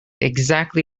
exactly